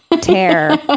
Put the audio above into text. tear